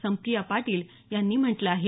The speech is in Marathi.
संप्रिया पाटील यांनी म्हटलं आहे